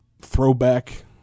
throwback